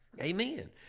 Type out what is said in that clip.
Amen